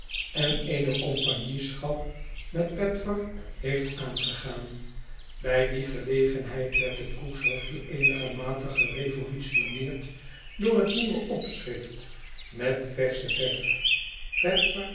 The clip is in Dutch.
en eene compagnieschap met peffer heeft aangegaan bij die gelegenheid werd het cook's hofje eenigermate gerevolutioneerd door het nieuwe opschrift met versche verf